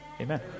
Amen